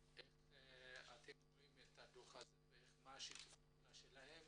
איך אתם רואים את הדו"ח הזה ומה שיתוף הפעולה שלכם